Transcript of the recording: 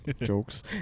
Jokes